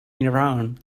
iran